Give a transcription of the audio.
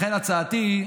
לכן הצעתי,